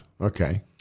Okay